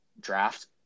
draft